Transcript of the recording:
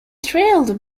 trailed